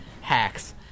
hacks